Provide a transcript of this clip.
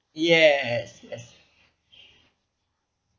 yes yes